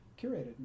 curated